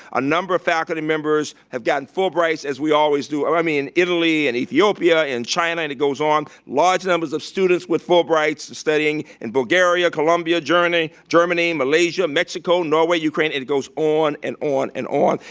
a number of faculty members have gotten fulbrights, as we always do, i mean, italy and ethiopia and china and it goes on. large numbers of students with fulbrights studying in bulgaria, columbia, germany, malaysia, mexico, norway, ukraine, it it goes on and on and on.